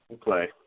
play